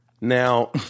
Now